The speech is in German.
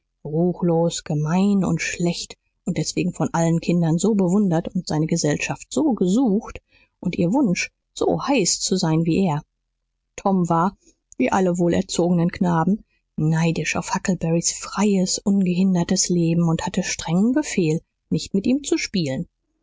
ruchlos gemein und schlecht und deswegen von allen kindern so bewundert und seine gesellschaft so gesucht und ihr wunsch so heiß zu sein wie er tom war wie alle wohlerzogenen knaben neidisch auf huckleberrys freies ungehindertes leben und hatte strengen befehl nicht mit ihm zu spielen